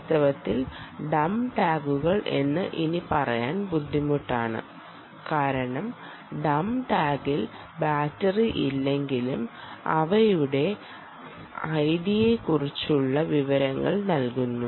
വാസ്തവത്തിൽ ഡംപ് ടാഗുകൾ എന്ന് ഇനി പറയാൻ ബുദ്ധിമുട്ടാണ് കാരണം ഡംപ് ടാഗിൽ ബാറ്ററി ഇല്ലെങ്കിലും അവയുടെ ഐഡിയെക്കുറിച്ചുള്ള വിവരങ്ങൾ നൽകുക